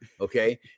Okay